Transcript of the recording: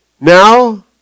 Now